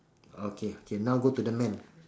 okay K now go to the man